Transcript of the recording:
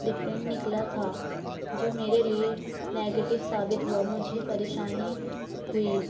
different نکلا تھا جو میرے لیے نیگیٹو ثابت ہوا مجھے پریشانی ہوئی